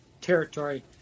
territory